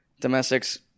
domestics